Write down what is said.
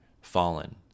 fallen